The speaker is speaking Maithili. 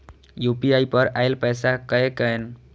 यू.पी.आई पर आएल पैसा कै कैन?